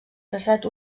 traçat